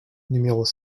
numéros